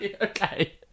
Okay